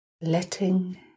letting